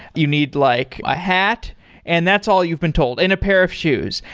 you need like a hat and that's all you've been told, and a pair of shoes.